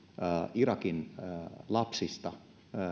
irakin lapsista